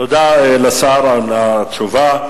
תודה לשר על התשובה.